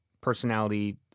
personality